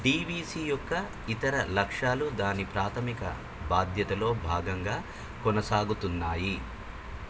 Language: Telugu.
డీవీసీ యొక్క ఇతర లక్ష్యాలు దాని ప్రాథమిక బాధ్యతలో భాగంగా కొనసాగుతున్నాయి